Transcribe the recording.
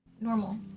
normal